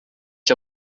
ich